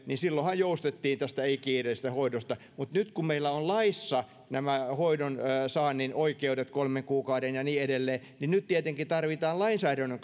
niin silloinhan joustettiin tästä ei kiireellisestä hoidosta mutta nyt kun meillä on laissa nämä hoidonsaannin oikeudet kolmen kuukauden ja niin edelleen tietenkin tarvitaan lainsäädännön